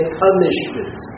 punishment